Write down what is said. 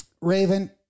Raven